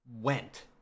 went